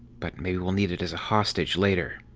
but maybe we'll need it as a hostage later.